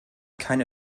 keine